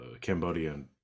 cambodian